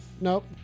nope